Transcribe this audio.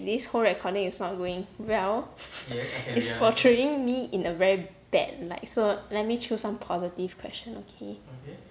this whole recording is not going well it's portraying me in a bad light so let me choose some positive question okay